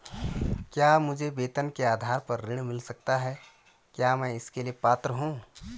क्या मुझे वेतन के आधार पर ऋण मिल सकता है क्या मैं इसके लिए पात्र हूँ?